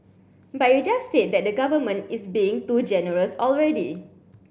but you just said that the government is being too generous already